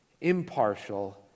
impartial